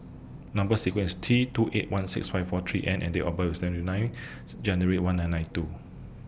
Number sequence IS T two eight one six five four three N and Date of birth IS twenty ninth January one nine nine two